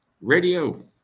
Radio